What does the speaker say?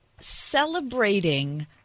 celebrating